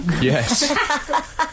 yes